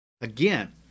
Again